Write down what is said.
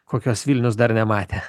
kokios vilnius dar nematė